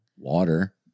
water